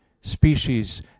species